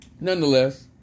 nonetheless